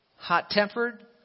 Hot-tempered